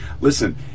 listen